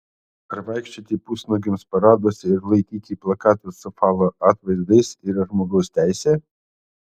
ar vaikščioti pusnuogiams paraduose ir laikyti plakatus su falo atvaizdais yra žmogaus teisė